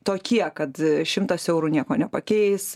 tokie kad šimtas eurų nieko nepakeis